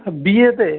হ্যাঁ বিয়েতে